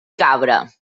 cabra